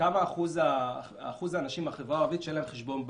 אחוז האנשים מהחברה הערבית שאין להם חשבון בנק: